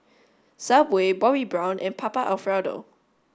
subway Bobbi Brown and Papa Alfredo